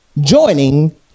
joining